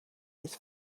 his